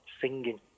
singing